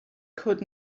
could